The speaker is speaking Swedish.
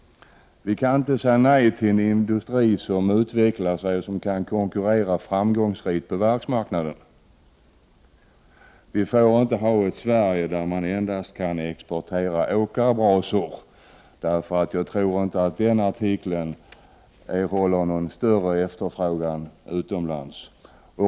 Vi kan inte säga nej till en industri som utvecklas och konkurrerar framgångsrikt på världsmarknaden. Vi får inte ha ett Sverige som endast kan exportera åkarbrasor, därför att jag inte tror att den artikeln erhåller stor efterfrågan utomlands.